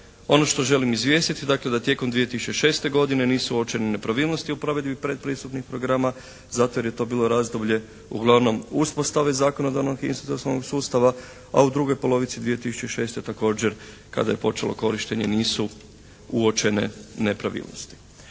Ono što želim izvijestiti dakle da tijekom 2006. godine nisu uočene nepravilnosti u provedbi predpristupnih programa zato jer je to bilo razdoblje uglavnom uspostave zakonodavnog institucionalnog sustava. A u drugoj polovici 2006. također kada je počelo korištenje nisu uočene nepravilnosti.